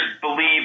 believe